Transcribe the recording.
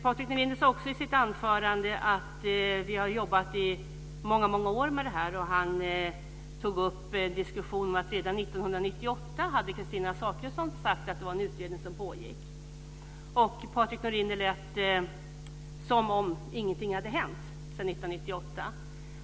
Patrik Norinder sade också i sitt anförande att vi har jobbat i många år med det här, och han tog upp en diskussion om att redan 1998 hade Kristina Zakrisson sagt att en utredning pågick. På Patrik Norinder lät det som om ingenting hade hänt sedan 1998.